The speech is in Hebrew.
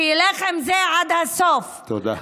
שילך עם זה עד הסוף, תודה.